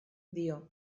dio